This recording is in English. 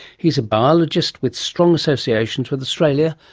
he's a biologist with strong associations with australia,